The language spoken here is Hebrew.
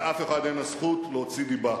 לאף אחד אין הזכות להוציא דיבה.